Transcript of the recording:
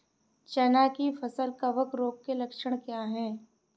चना की फसल कवक रोग के लक्षण क्या है?